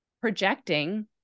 projecting